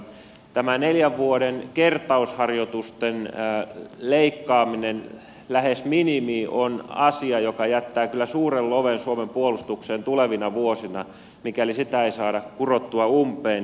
tämä neljän vuoden kertausharjoitusten leikkaaminen lähes minimiin on asia joka jättää kyllä suuren loven suomen puolustukseen tulevina vuosina mikäli sitä ei saada kurottua umpeen